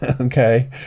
okay